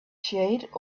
shade